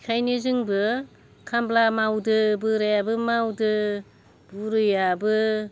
एखायनो जोंबो खामला मावदो बोरायाबो मावदो बुरैयाबो